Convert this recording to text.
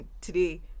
today